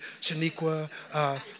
Shaniqua